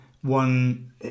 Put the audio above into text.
one